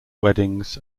weddings